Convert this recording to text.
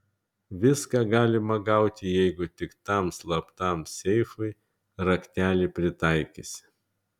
viską galima gauti jeigu tik tam slaptam seifui raktelį pritaikysi